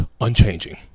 Unchanging